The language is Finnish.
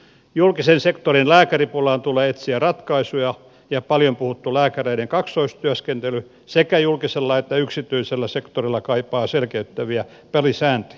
julkisen sektorin lääkäripulaan tulee etsiä ratkaisuja ja paljon puhuttu lääkäreiden kaksoistyöskentely sekä julkisella että yksityisellä sektorilla kaipaa selkeyttäviä pelisääntöjä